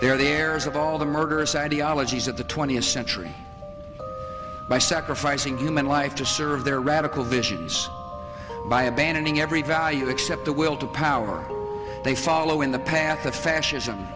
they're the heirs of all the murderous ideologies of the twentieth century by sacrificing human life to serve their radical visions by abandoning every value except the will to power they follow in the path of fascism